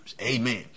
amen